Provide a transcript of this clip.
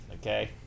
okay